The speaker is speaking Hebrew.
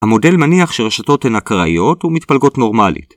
‫המודל מניח שרשתות הן אקראיות ‫ומתפלגות נורמלית.